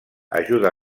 ajuda